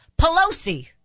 Pelosi